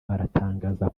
aratangaza